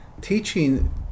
teaching